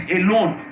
alone